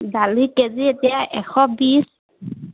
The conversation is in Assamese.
দালি কেজি এতিয়া এশ বিছ